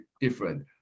different